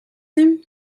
him